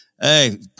hey